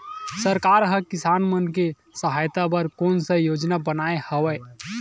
सरकार हा किसान मन के सहायता बर कोन सा योजना बनाए हवाये?